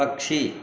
पक्षी